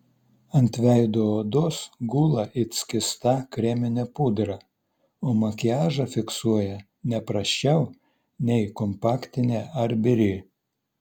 ant veido odos gula it skysta kreminė pudra o makiažą fiksuoja ne prasčiau nei kompaktinė ar biri